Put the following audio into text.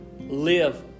live